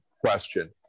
question